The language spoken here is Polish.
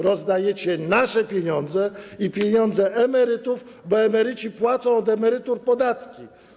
Rozdajecie nasze pieniądze i pieniądze emerytów, bo emeryci płacą od emerytur podatki.